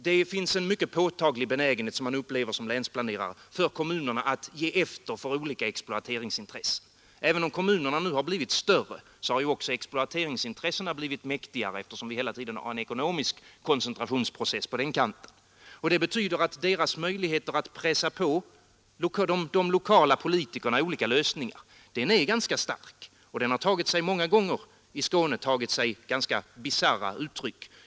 Som länsplanerare upplever man att kommunerna har en mycket påtaglig benägenhet att ge efter för olika exploateringsintressen. När kommunerna nu har blivit större har också exploateringsintressena blivit mäktigare, eftersom vi hela tiden har en ekonomisk koncentrationsprocess på den kampen. Det betyder att dessa intressenters möjligheter att pressa på de lokala politikerna olika lösningar är ganska stora. Det har i Skåne många gånger tagit sig bisarra uttryck.